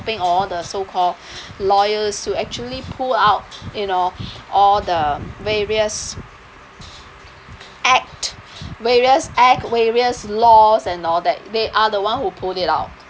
helping all the so called lawyers to actually pull out you know all the various act various act various laws and all that they are the one who pull it out